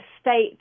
state